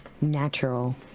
natural